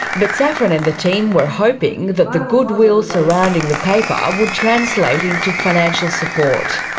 but saffron and the team were hoping that the goodwill surrounding the paper would translate into financial support.